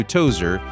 Tozer